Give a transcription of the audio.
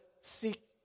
seek